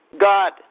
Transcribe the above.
God